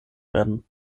werden